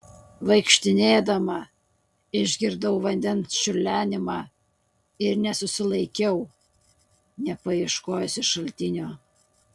vaikštinėdama išgirdau vandens čiurlenimą ir nesusilaikiau nepaieškojusi šaltinio